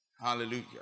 Hallelujah